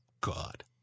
God